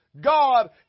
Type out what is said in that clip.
God